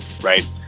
Right